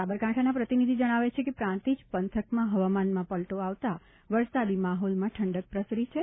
સાબરકાંઠાના પ્રતિનિધિ જણાવે છે કે પ્રાંતિજ પંથકમાં હવામાનમાં પલટો આવતા વરસાદી માહોલમાં ઠંડક પ્રસરી છે